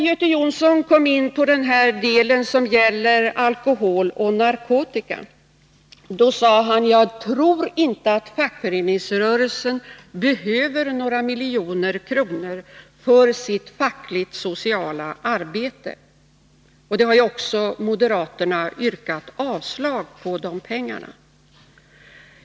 Göte Jonsson kom också in på alkoholoch narkotikafrågan. Han sade: Jag tror inte att fackföreningsrörelsen behöver några miljoner kronor för sitt fackligt-sociala arbete. Moderaterna har ju yrkat avslag när det gäller anslag i det avseendet.